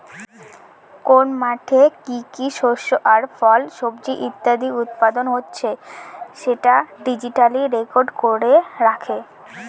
কোন মাঠে কি কি শস্য আর ফল, সবজি ইত্যাদি উৎপাদন হচ্ছে সেটা ডিজিটালি রেকর্ড করে রাখে